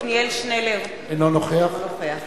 עתניאל שנלר, אינו נוכח